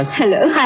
hello. hi.